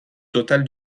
total